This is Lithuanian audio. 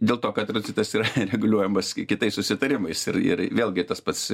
dėl to kad tranzitas yra reguliuojamas kitais susitarimais ir ir vėlgi tas pats